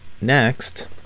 Next